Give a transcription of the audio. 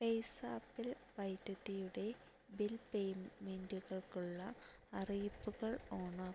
PayZapp ൽ വൈദ്യുതിയുടെ bill പേയ്മെന്റുകൾക്കുള്ള അറിയിപ്പുകൾ ഓണാക്കുക